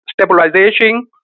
stabilization